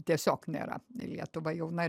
tiesiog nėra lietuva jauna